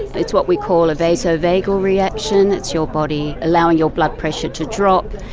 it's what we call a vasovagal reaction, it's your body allowing your blood pressure to drop,